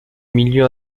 milieux